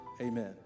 amen